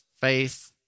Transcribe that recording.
faith